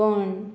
कण्ण